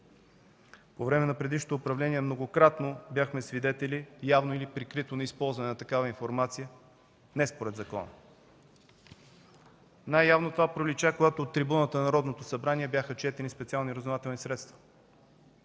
По време на предишното управление многократно бяхме свидетели, явно или прикрито, на използване на такава информация не според закона. Най-явно това пролича, когато от трибуната на Народното събрание бяха четени специални разузнавателни средства.